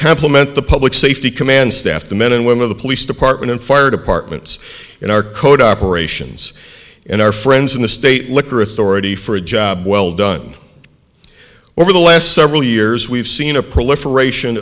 compliment the public safety command staff the men and women of the police department and fire departments in our code operations and our friends in the state liquor authority for a job well done over the last several years we've seen a proliferation